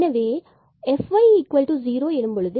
எனவே fy0